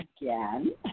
again